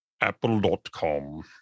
Apple.com